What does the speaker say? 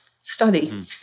study